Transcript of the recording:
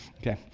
Okay